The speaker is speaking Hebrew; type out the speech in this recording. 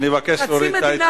אני מבקש להוריד את העיתונים.